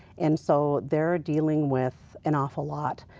and, so, they are dealing with an awful lot,